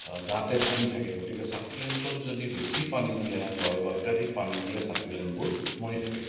গাতে পানী থাকে গতিকে ছাকুলেণ্টত যদি বেছি পানী দিয়া হয় বা অত্যাধিক পানী দিলে ছাকুলেণ্টবোৰ মৰি থাকে